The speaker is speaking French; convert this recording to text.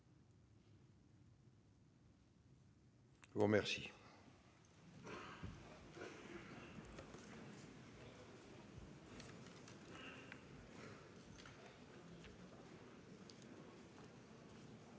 Je vous remercie